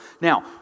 Now